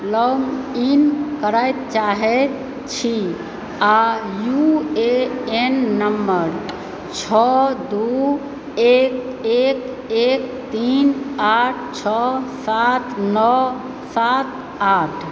login करैत चाहैत छी आ यू ए एन नम्बर छओ दू एक एक एक तीन आठ छओ सात नओ सात आठ